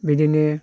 बिदिनो